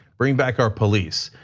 bring back our police.